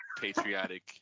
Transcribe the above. patriotic